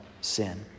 sin